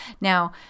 Now